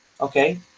okay